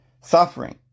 suffering